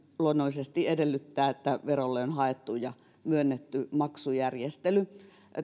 luonnollisesti edellyttää sitä että verolle on haettu ja myönnetty maksujärjestely